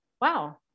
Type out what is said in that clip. wow